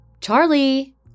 charlie